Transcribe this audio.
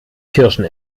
kirschen